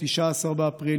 19 באפריל,